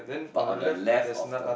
but on the left of the